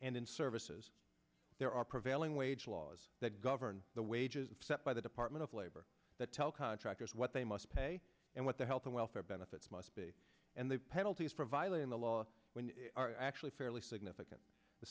and in services there are prevailing wage laws that govern the wages except by the department of labor that tell contractors what they must pay and what the health and welfare benefits must be and the penalties for violating the law when are actually fairly significant the